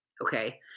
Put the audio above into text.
Okay